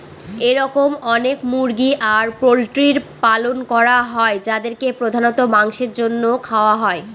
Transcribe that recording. এরকম অনেক মুরগি আর পোল্ট্রির পালন করা হয় যাদেরকে প্রধানত মাংসের জন্য খাওয়া হয়